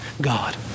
God